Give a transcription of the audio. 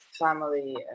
family